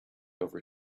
over